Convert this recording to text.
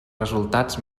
resultats